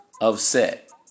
Upset